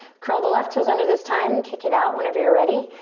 curl the left toes under this time. kick it out whenever you're ready.